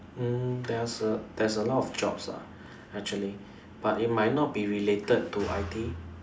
mm there's a there's a lot of jobs lah actually but they may not be related to I_T